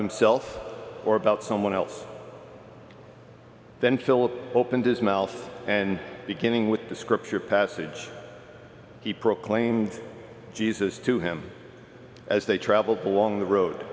himself or about someone else then philip opened his mouth and beginning with the scripture passage he proclaimed jesus to him as they travel belong the road